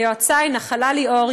ליועצי: נחלה ליאור,